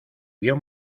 vio